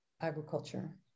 Agriculture